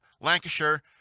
Lancashire